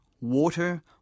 Water